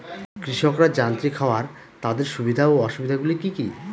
কৃষকরা যান্ত্রিক হওয়ার তাদের সুবিধা ও অসুবিধা গুলি কি কি?